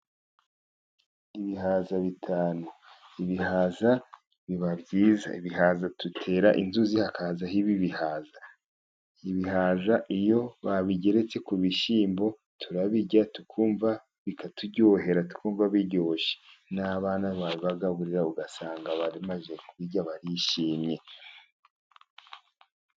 Ibihaza bitanu. Ibihaza biba byiza. Ibihaza dutera inzuzi hakazaho ibi ibihaza. Ibihaza iyo babigeretse ku bishyimbo turabirya, tukumva bikaturyohera, twumva biryoshye. n'abana babibagaburira ugasanga bamaze kubirya barishimye.